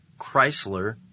Chrysler